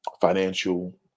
financial